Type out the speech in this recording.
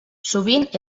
sovint